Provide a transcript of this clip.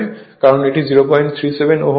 কারণ এটি 037 ওহম হচ্ছে